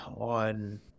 on